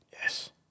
Yes